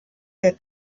der